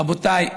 רבותיי,